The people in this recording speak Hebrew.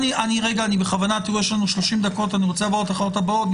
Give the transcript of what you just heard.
אני רוצה לעבור לתחנות הבאות,